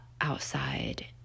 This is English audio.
outside